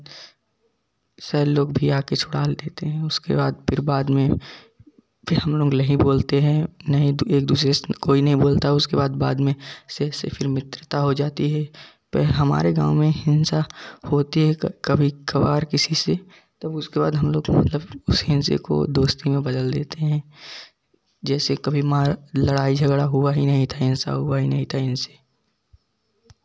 sir लोग भी आकर छुड़ा लेते हैं उसके बाद फिर बाद में फिर हम लोग नहीं बोलते हैं नहीं तो एक दुसरे से कोई नहीं बोलता उसके बाद बाद में से से फिर मित्रता हो जाती है पर हमारे गाँव में हिंसा होती है क कभी कभार किसी से तब उसके बाद हम लोग मतलब उस हिंसे को दोस्ती में बदल देते हैं जैसे कभी मार लड़ाई झगड़ा हुआ ही नहीं था हिंसा हुआ ही नहीं था इनसे